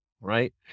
right